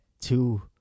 two